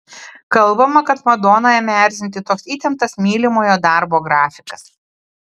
kalbama kad madoną ėmė erzinti toks įtemptas mylimojo darbo grafikas